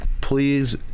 Please